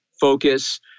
focus